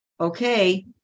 okay